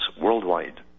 worldwide